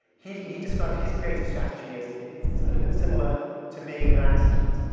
he he described his creative strategy as it is is a little bit similar to being in an accident.